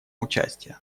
участие